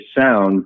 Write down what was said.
sound